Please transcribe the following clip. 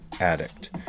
addict